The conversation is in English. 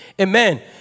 Amen